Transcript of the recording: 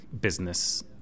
business